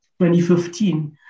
2015